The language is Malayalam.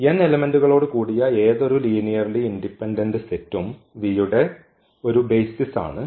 n എലെമെന്റുകളോട് കൂടിയ ഏതൊരു ലീനിയർലി ഇൻഡിപെൻഡന്റ് സെറ്റും V യുടെ ഒരു ബെയ്സിസ് ആണ്